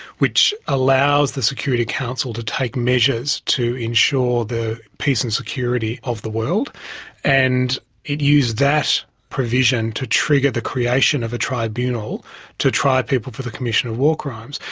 which allows the security council to take measures to ensure the peace and security of the world and it used that provision to trigger the creation of a tribunal to try people for the commission of war crimes.